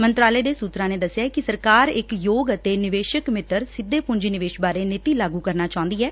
ਮੰਤਰਾਲੇ ਦੇ ਸੁਤਰਾਂ ਨੇ ਦਸਿਐ ਕਿ ਸਰਕਾਰ ਇਕ ਯੋਗ ਅਤੇ ਨਿਵੇਸ਼ ਮਿੱਤਰ ਸਿੱਧੇ ਪੁੰਜੀ ਨਿਵੇਸ਼ ਬਾਰੇ ਨੀਡੀ ਲਾਗੁ ਕਰਨਾ ਚਾਹੂੰਦੀ ਐ